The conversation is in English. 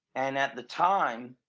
and at the time,